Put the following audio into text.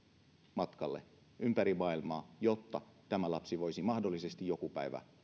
matkalle ympäri maailmaa jotta tämä lapsi voisi mahdollisesti jonain päivänä